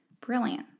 brilliant